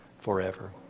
forever